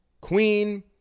Queen